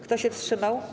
Kto się wstrzymał?